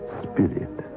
spirit